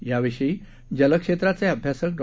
याविषयी जलक्षेत्राचे अभ्यासक डॉ